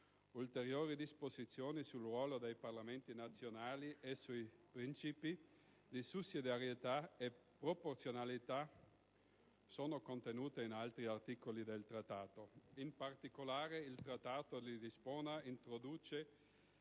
Ulteriori disposizioni sul ruolo dei Parlamenti nazionali e sui principi di sussidiarietà e proporzionalità sono contenute in altri articoli del Trattato. In particolare, il Trattato di Lisbona introduce